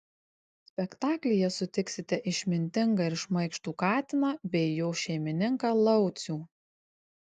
spektaklyje sutiksite išmintingą ir šmaikštų katiną bei jo šeimininką laucių